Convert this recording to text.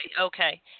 Okay